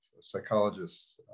psychologists